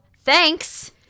Thanks